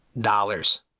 dollars